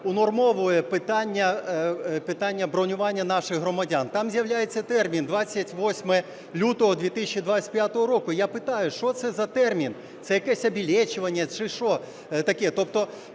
унормовує питання бронювання наших громадян. Там з'являється термін "28 лютого 2025 року". Я питаю, що це за термін, це якесь обілєчіваніє чи що